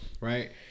right